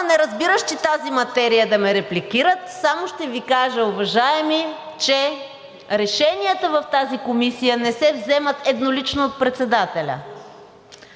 неразбиращи тази материя, да ме репликират, само ще Ви кажа, уважаеми, че решенията в тази комисия не се вземат еднолично от председателя,